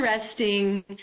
interesting